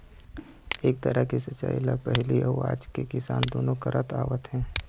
ए तरह के सिंचई ल पहिली अउ आज के किसान दुनो करत आवत हे